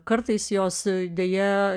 kartais jos deja